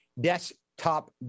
desktop